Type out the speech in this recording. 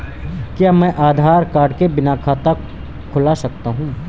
क्या मैं आधार कार्ड के बिना खाता खुला सकता हूं?